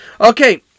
Okay